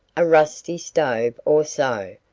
a rusty stove or so,